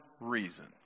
reason